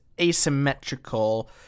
asymmetrical